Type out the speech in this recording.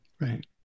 right